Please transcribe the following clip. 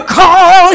call